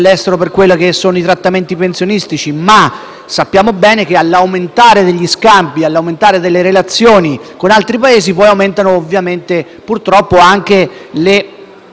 Grazie